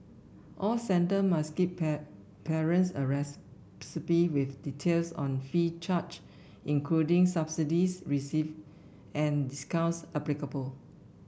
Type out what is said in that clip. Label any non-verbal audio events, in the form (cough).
all centres must give (unintelligible) parents a (unintelligible) receipt with details on fees charge including subsidies receive and discounts applicable